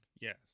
Yes